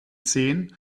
zehn